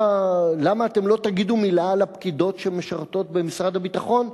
למה לא תגידו מלה על הפקידות שמשרתות במשרד הביטחון?